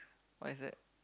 what is that